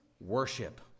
worship